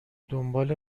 دنبال